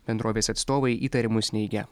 bendrovės atstovai įtarimus neigia